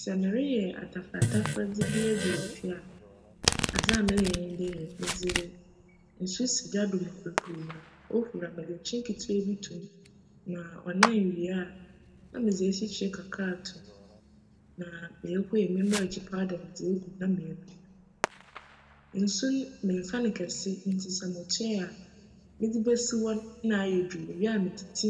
Sj mereyj atafer atafer bi edzi no wc fie a, adze a meyj nye dj, medze nsu si gya do ma ohur a, medze nkyen ketsewaa bi tum ma cnan wie a, nna medze esikyire kakra ato mu na meehue me merekye "powder" medze egu mu nna m'enunu mu. Nsu no memmfa no kjse ntsi sj mutue a medze besi hc no nna ayj dur muwie a metsitsi